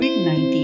COVID-19